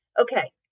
Okay